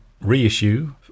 reissue